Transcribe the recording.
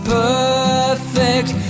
perfect